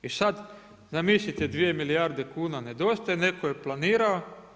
I sad zamislite 2 milijarde kuna nedostaje, netko je planirao.